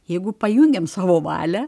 jeigu pajungiam savo valią